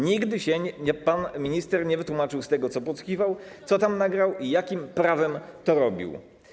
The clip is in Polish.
Nigdy się pan minister nie wytłumaczył z tego, co podsłuchiwał, co tam nagrał i jakim prawem to robił.